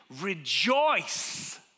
rejoice